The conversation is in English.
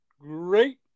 great